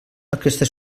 aquesta